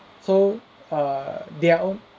so err their own